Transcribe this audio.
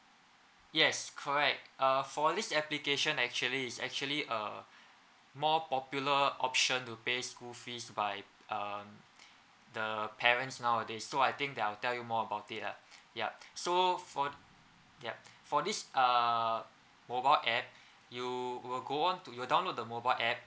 yes correct uh for this application actually is actually a more popular option to pay school fees by uh the parents nowadays so I think that I'll tell you more about it ah yup so for yup for this uh mobile app you will go on to you'll download the mobile app